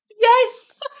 Yes